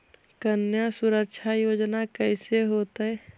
कन्या सुरक्षा योजना कैसे होतै?